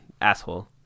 asshole